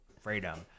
Freedom